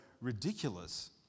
ridiculous